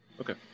Okay